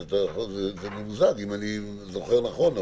אני זוכר נכון.